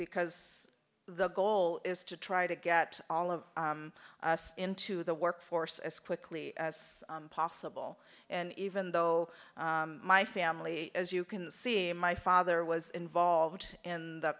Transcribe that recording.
because the goal is to try to get all of us into the workforce as quickly as possible and even though my family as you can see in my father was involved in the